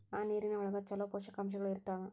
ಆ ನೇರಿನ ಒಳಗ ಚುಲೋ ಪೋಷಕಾಂಶಗಳು ಇರ್ತಾವ